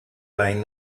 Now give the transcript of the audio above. line